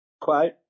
Quote